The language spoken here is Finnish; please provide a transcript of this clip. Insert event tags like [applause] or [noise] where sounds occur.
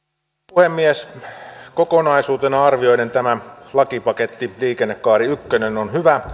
puhemies kokonaisuutena arvioiden tämä lakipaketti liikennekaari ykkönen on hyvä [unintelligible]